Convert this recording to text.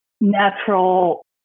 natural